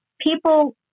people